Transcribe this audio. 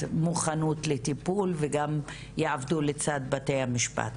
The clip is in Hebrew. מוכנות לטיפול וגם יעבדו לצד בתי המשפט.